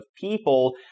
people